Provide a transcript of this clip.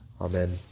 Amen